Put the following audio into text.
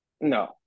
no